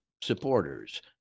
supporters